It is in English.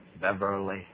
Beverly